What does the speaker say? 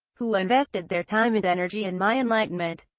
who invested their time and energy in my enlightenment.